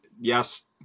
yes